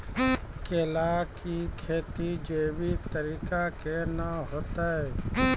केला की खेती जैविक तरीका के ना होते?